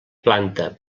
planta